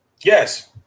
Yes